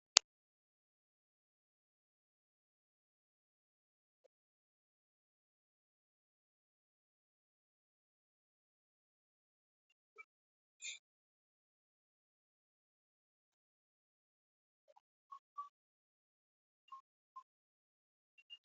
Huu ni mzee aliyesimama kwenye nyumba yake kubwa na mtoto wake